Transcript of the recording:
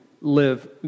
live